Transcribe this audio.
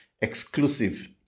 exclusive